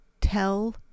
tell